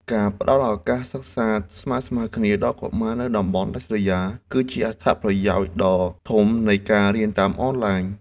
ការផ្តល់ឱកាសសិក្សាស្មើៗគ្នាដល់កុមារនៅតំបន់ដាច់ស្រយាល គឺជាអត្ថប្រយោជន៍ដ៏ធំនៃការរៀនតាមអនឡាញ។